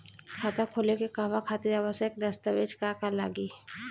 खाता खोले के कहवा खातिर आवश्यक दस्तावेज का का लगी?